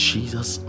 Jesus